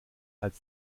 als